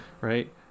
right